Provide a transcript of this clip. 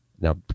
now